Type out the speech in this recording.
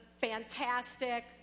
fantastic